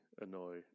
annoy